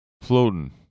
Floating